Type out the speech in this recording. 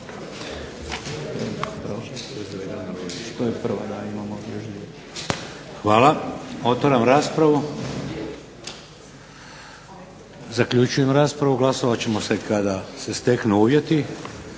Hvala. Otvaram raspravu. Zaključujem raspravu. Glasovat će se kada se steknu uvjeti.